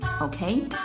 okay